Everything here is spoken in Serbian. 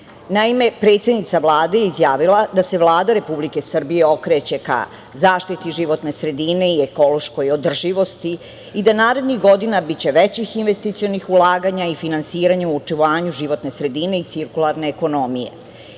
Naime, predsednica Vlade je izjavila da se Vlada Republike Srbije okreće ka zaštiti životne sredine i ekološkoj održivosti i da narednih godina biće većih investicionih ulaganja i finansiranja u očuvanju životne sredine i cirkularne ekonomije.